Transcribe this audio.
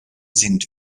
sind